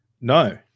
No